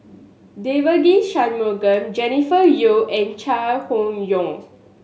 Devagi Sanmugam Jennifer Yeo and Chai Hon Yoong